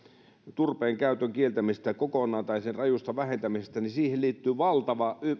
turpeen käytön kieltämisestä kokonaan tai sen rajusta vähentämisestä niin siihen liittyy valtava